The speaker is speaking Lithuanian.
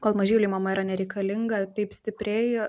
kol mažyliui mama yra nereikalinga taip stipriai